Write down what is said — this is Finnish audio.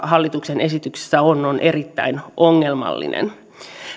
hallituksen esityksessä on on erittäin ongelmallinen